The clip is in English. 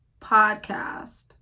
podcast